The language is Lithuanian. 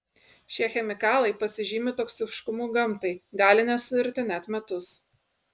šie chemikalai pasižymi toksiškumu gamtai gali nesuirti net metus